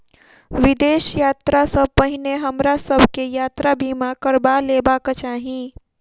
विदेश यात्रा सॅ पहिने हमरा सभ के यात्रा बीमा करबा लेबाक चाही